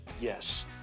yes